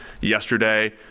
yesterday